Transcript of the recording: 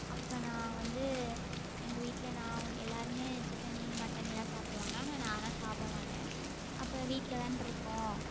அப்போ நான் வந்து எங்கள் வீட்டில் நான் ஒன் எல்லோருமே சிக்கன் மட்டன் எல்லாம் சாப்பிடுவாங்க நான் ஆனால் சாப்பிட மாட்டேன் அப்போ வீட்டில் தான்இருக்கோம்